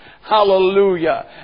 Hallelujah